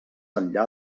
enllà